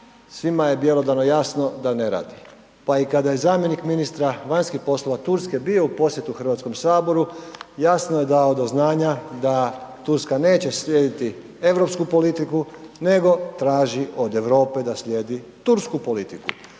Svima je bjelodano jasno da ne radi. Pa i kada je zamjenik ministra vanjskih poslova Turske bio u posjetu Hrvatskom saboru jasno je dao do znanja da Turska neće slijediti europsku politiku nego traži od Europe da slijedi tursku politiku.